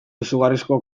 izugarrizko